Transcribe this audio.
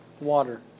water